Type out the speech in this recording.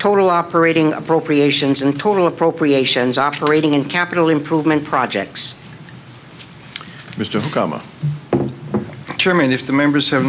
total operating appropriations and total appropriations operating and capital improvement projects mr become a german if the members of